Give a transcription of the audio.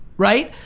right?